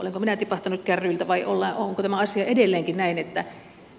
olenko minä tipahtanut kärryiltä vai onko tämä asia edelleenkin näin